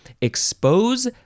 expose